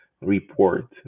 report